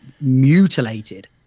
mutilated